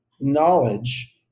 knowledge